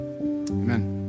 Amen